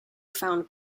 found